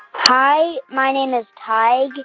hi. my name is tadhg.